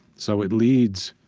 so it leads,